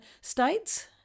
states